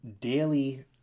daily